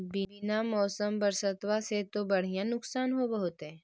बिन मौसम बरसतबा से तो बढ़िया नुक्सान होब होतै?